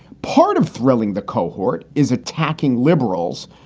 part of thrilling the cohort is attacking liberals,